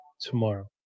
tomorrow